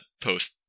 post